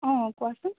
অঁ কোৱাচোন